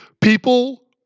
People